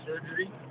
surgery